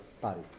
body